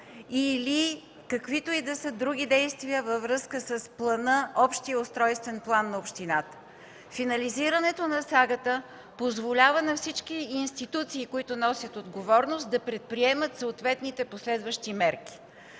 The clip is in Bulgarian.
или каквито и да са други действия във връзка с общия устройствен план на общината. Финализирането на сагата позволява на всички институции, които носят отговорност, да предприемат съответните последващи мерки.